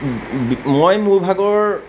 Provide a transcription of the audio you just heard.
মই মোৰ ভাগৰ